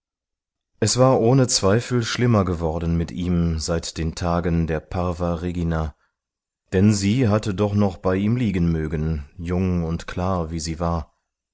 es war ohne zweifel schlimmer geworden mit ihm seit den tagen der parva regina denn sie hatte doch noch bei ihm liegen mögen jung und klar wie sie war